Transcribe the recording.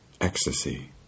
ecstasy